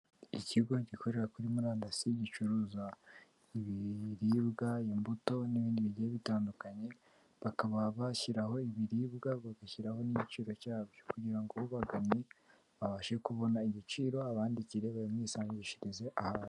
Ikigo gikorera kuri murandasi gicuruza ibibiribwa, imbuto n'ibindi bigiye bitandukanye, bakaba bashyiraho ibiribwa bagashyiraho n'igiciro cyabyo kugira ngo ubaganye abashe kubona igiciro, abandikire babimwisangishirize aho ari.